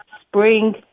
spring